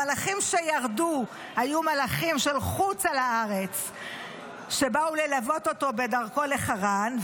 והמלאכים שירדו היו מלאכים של חוץ לארץ שבאו ללוות אותו בדרכו לחרן.